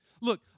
Look